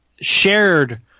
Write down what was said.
shared